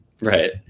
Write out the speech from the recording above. Right